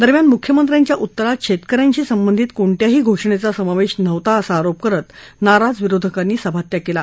दरम्यान मुख्यमंत्र्यांच्या उत्तरात शत्तक ्यांशी संबंधित कोणत्याही घोषणद्त समावधीनव्हता असा आरोप करत नाराज विरोधकांनी सभात्याग कल्ला